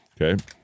okay